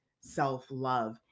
self-love